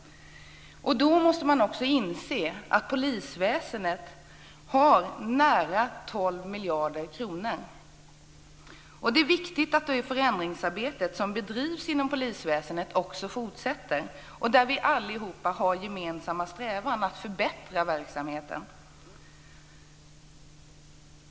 Då måste man också inse att polisväsendet har nära 12 miljarder kronor. Det är viktigt att det förändringsarbete som bedrivs inom polisväsendet fortsätter. Där har vi allihop en gemensam strävan att förbättra verksamheten.